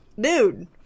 dude